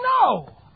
No